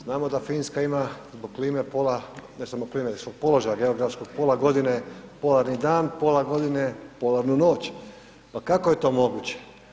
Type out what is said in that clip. Znamo da Finska ima zbog klime pola, ne samo … položaja, geografskog pola godine porani dan, pola godine polarnu noć, pa kako je to moguće?